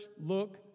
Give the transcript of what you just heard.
look